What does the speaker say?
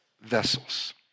vessels